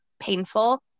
painful